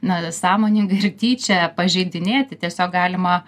n sąmoningai ir tyčia pažeidinėti tiesiog galima